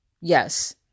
Yes